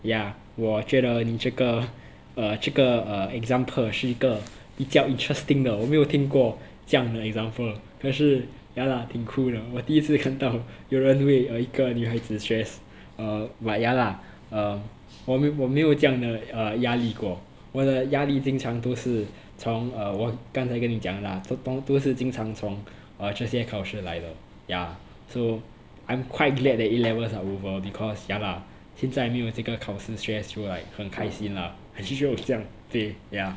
yeah 我觉得你这个 err 这个 uh example 是一个比较 interesting 的我没有听过这样的 example 可是 ya lah 挺 cool 的我第一次看到有人会 uh 一个女孩子 stress uh but ya lah uh 我我没有这样的 err 压力过我的压力经常都是从 err 我刚才跟你讲啦都是多是经常从 err 这些考试来的 ya so I'm quite glad that A levels are over because ya lah 现在没有这个考试 stress so like 很开心啦其实我这样对 ya